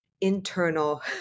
internal